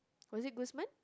was it Guzman